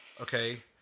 okay